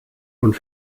und